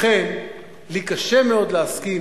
לכן, לי קשה מאוד להסכים